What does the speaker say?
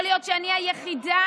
יכול להיות שאני היחידה,